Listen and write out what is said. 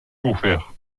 offert